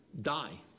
die